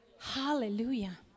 Hallelujah